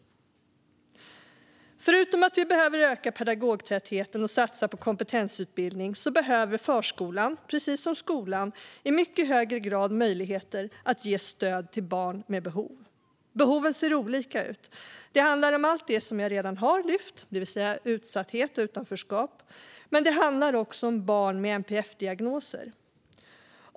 Förutom att vi behöver öka pedagogtätheten och satsa på kompetensutbildning behöver förskolan, precis som skolan, i mycket högre grad möjligheter att ge stöd till barn med behov. Behoven ser olika ut. Det handlar om allt det som jag redan har lyft fram, det vill säga utsatthet och utanförskap, men det handlar också om barn med NPF-diagnoser.